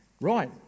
Right